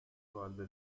سوال